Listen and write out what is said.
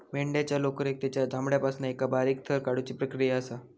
मेंढ्यांच्या लोकरेक तेंच्या चामड्यापासना एका बारीक थर काढुची प्रक्रिया असा